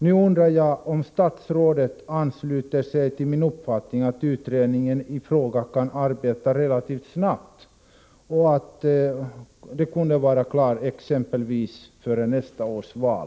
Nu undrar jag om statsrådet ansluter sig till min uppfattning att utredningen i fråga kan arbeta relativt snabbt och kan vara klar exempelvis före nästa års val.